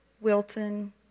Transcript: Wilton